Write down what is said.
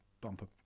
bumper